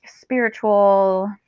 spiritual